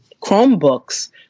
Chromebooks